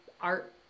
art